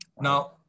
Now